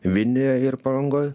vilniuje ir palangoj